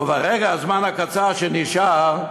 ובפרק הזמן הקצר שנשאר,